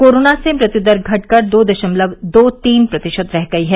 corona से मृत्यू दर घटकर दो दशमलव दो तीन प्रतिशत रह गई है